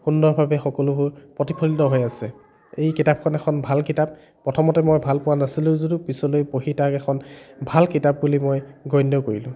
সুন্দৰভাৱে সকলোবোৰ প্ৰতিফলিত হৈ আছে এই কিতাপখন এখন ভাল কিতাপ প্ৰথমতে মই ভাল পোৱা নাছিলোঁ যদিও পিছলৈ পঢ়ি তাক এখন ভাল কিতাপ বুলি মই গণ্য কৰিলোঁ